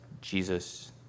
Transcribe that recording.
Jesus